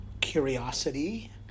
curiosity